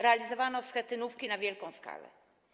Realizowano schetynówki na wielką skalę.